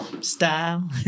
Style